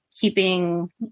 keeping